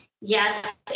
yes